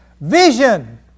Vision